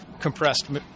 compressed